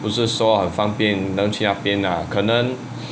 不是说很方便能去那边啊可能:bu shi shuo hen fang bian nengi qu na bian a ke neng